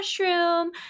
mushroom